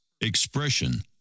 expression